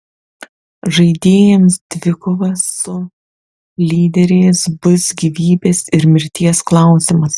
žaidėjams dvikova su lyderiais bus gyvybės ir mirties klausimas